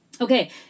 Okay